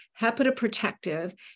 hepatoprotective